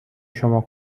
شما